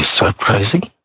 surprising